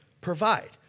provide